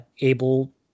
able